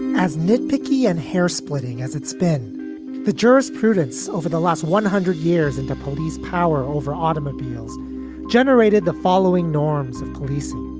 as nit picky and hairsplitting as it's been the jurisprudence over the last one hundred years into police power, over automobiles generated the following norms of policing.